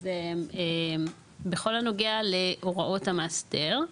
בכל הנוגע להוראות המאסדר,